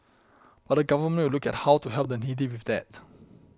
but the Government will look at how to help the needy with that